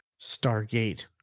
Stargate